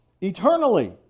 eternally